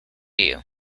you